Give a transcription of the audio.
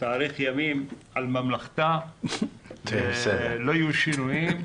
תאריך ימים על ממלכתה ולא יהיו שינויים.